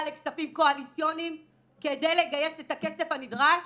לכספים קואליציוניים כדי לגייס את הכסף הנדרש